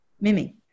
Mimi